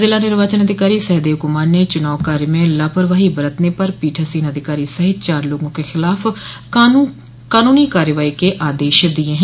जिला निर्वाचन अधिकारी सहदेव कुमार ने चुनाव कार्य में लापरवाही बरतने पर पीठासीन अधिकारी सहित चार लोगों के खिलाफ कानूनी कार्रवाई के आदेश दिये हैं